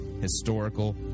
historical